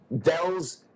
Dell's